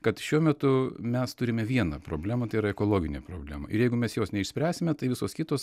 kad šiuo metu mes turime vieną problemą tai yra ekologinė problema ir jeigu mes jos neišspręsime tai visos kitos